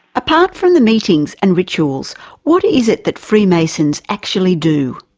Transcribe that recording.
apart from the meetings and rituals what is it that freemasons actually do?